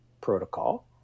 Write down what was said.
protocol